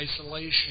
isolation